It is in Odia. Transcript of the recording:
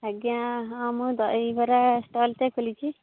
ଆଜ୍ଞା ହଁ ମୁଁ ଦହିବରା ଷ୍ଟଲ୍ଟେ ଖୋଲିଛି